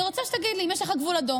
אני רוצה שתגיד לי אם יש לך גבול אדום.